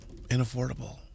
inaffordable